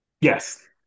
Yes